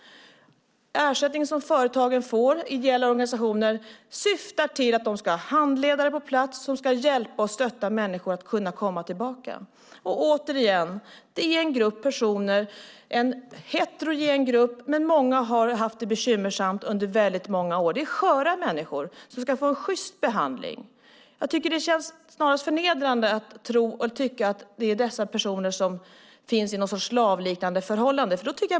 Ersättningen som företag och ideella organisationer får syftar till att de ska ha handledare på plats som ska hjälpa och stötta människor att kunna komma tillbaka. Återigen: Det här är en heterogen grupp personer, men många har haft det bekymmersamt under väldigt många år. Det är sköra människor som ska få en sjyst behandling. Jag tycker att det snarast känns förnedrande att tycka att det är dessa personer som finns i något slags slavliknande förhållande.